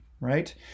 right